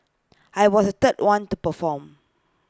I was third one to perform